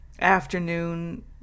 afternoon